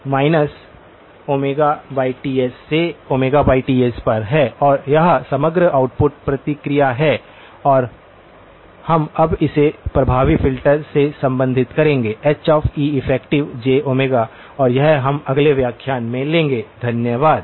और यह Ts से Ts पर है और यह समग्र आउटपुट प्रतिक्रिया है और हम अब इसे प्रभावी फ़िल्टर से संबंधित करेंगे Heffj और यह हम अगले व्याख्यान में लेंगे धन्यवाद